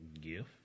gift